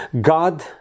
God